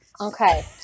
Okay